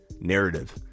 narrative